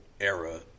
era